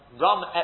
Ram